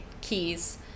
keys